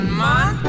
man